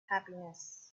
happiness